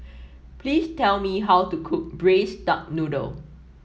please tell me how to cook Braised Duck Noodle